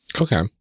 Okay